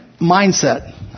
mindset